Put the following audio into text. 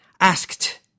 Asked